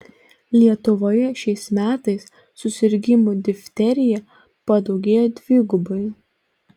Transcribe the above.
lietuvoje šiais metais susirgimų difterija padaugėjo dvigubai